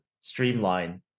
streamline